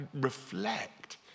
reflect